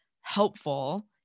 helpful